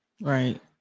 right